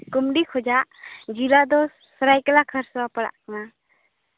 ᱠᱚᱢᱰᱤ ᱠᱷᱚᱱᱟᱜ ᱡᱮᱞᱟ ᱫᱚ ᱥᱚᱨᱟᱭᱠᱮᱞᱞᱟ ᱠᱷᱟᱨᱥᱳᱣᱟ ᱯᱟᱲᱟᱜ ᱠᱟᱱᱟ